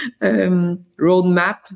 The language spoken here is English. roadmap